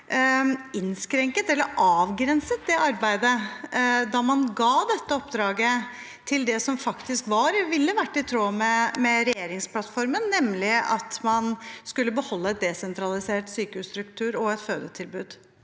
innskrenket eller avgrenset det arbeidet da man ga dette oppdraget, til det som faktisk ville vært i tråd med regjeringsplattformen, nemlig at man skulle beholde en desentralisert sykehusstruktur og et fødetilbud?